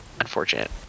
Unfortunate